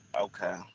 Okay